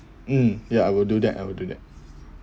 mm ya I will do that I will do that